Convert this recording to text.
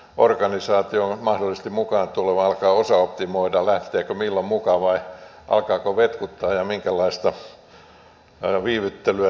jokainen mahdollisesti mukaan tuleva organisaatio alkaa osaoptimoida lähteekö milloin mukaan vai alkaako vetkuttaa ja minkälaista viivyttelyä tekee